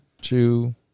two